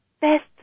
best